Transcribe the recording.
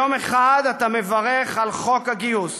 יום אחד אתה מברך על חוק הגיוס,